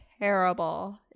terrible